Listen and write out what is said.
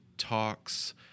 talks